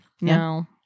No